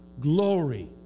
Glory